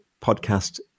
podcast